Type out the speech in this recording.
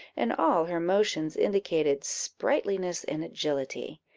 and all her motions indicated sprightliness and agility.